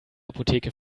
apotheke